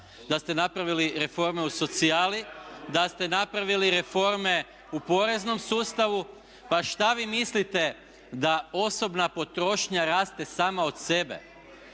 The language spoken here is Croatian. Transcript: da ste napravili reforme u socijali, da ste napravili reforme u poreznom sustavu. Pa šta vi mislite da osobna potrošnja raste sama od sebe?